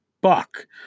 buck